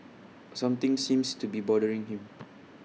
something seems to be bothering him